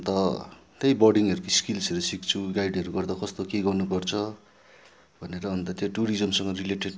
अन्त त्यही बर्डिङहरूको स्किल्सहरू सिक्छु गाइडहरू गर्दा कस्तो के गर्नुपर्छ भनेर अन्त त्यो टुरिज्मसँग रिलेटेड